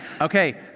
Okay